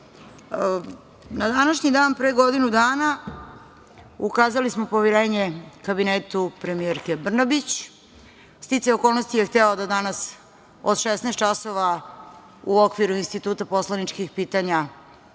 na današnji dan pre godinu dana ukazali smo poverenje kabinetu premijerke Brnabić. Sticaj okolnosti je hteo da danas od 16.00 časova, u okviru instituta poslaničkih pitanja,